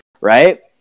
right